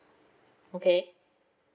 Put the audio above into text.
okay